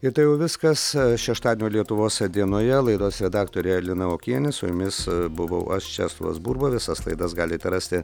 ir tai jau viskas šeštadienio lietuvos dienoje laidos redaktorė lina okienė su jumis buvau aš česlovas burba visas laidas galite rasti